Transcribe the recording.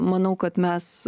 manau kad mes